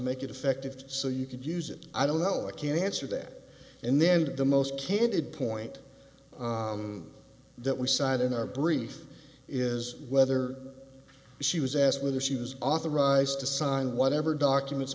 make it effective so you could use it i don't know how i can answer that and then the most candid point that we cite in our brief is whether she was asked whether she was authorized to sign whatever documents